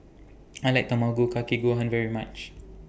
I like Tamago Kake Gohan very much